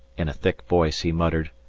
in a thick voice he muttered,